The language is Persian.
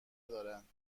دارند